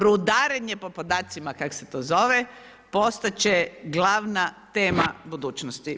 Rudarenje po podacima, kak se to zove, postati će glavna tema budućnosti.